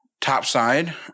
topside